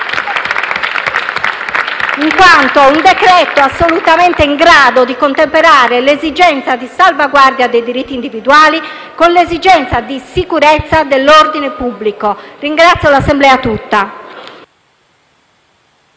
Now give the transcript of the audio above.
infatti assolutamente in grado di contemperare l'esigenza di salvaguardia dei diritti individuali con l'esigenza di sicurezza dell'ordine pubblico. Ringrazio l'Assemblea tutta.